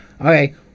okay